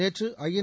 நேற்று ஐஎன்